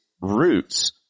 roots